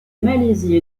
malaisie